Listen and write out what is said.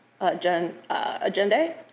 Agenda